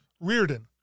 Reardon